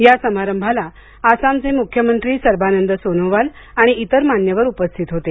या समारंभाला आसामचे मुख्यमंत्री सर्बानंद सोनोवाल आणि इतर मान्यवर उपस्थित होते